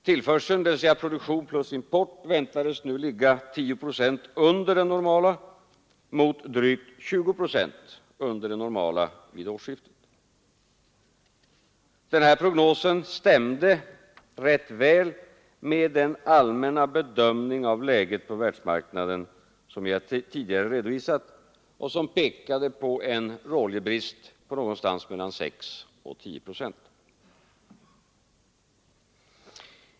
Tillförseln, dvs. produktion plus import, väntades nu ligga 10 procent under den normala mot drygt 20 procent vid årsskiftet. Denna prognos stämde rätt väl med den allmänna bedömning av läget på världsmarknaden som jag tidigare redovisat och som pekade på en råoljebrist på mellan 6 och 8 procent.